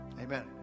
Amen